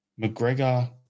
McGregor